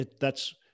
thats